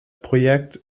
projekt